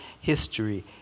history